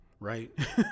Right